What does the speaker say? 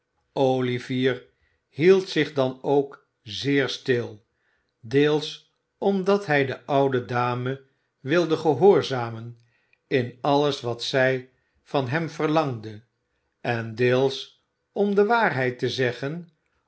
olivier hield zich dan ook zeer stil deels omdat hij de oude dame wilde gehoorzamen in alles wat zij van hem verlangde en deels om de waarheid te zeggen